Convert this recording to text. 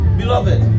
beloved